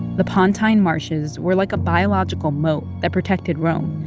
the pontine marshes were like a biological moat that protected rome.